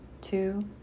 two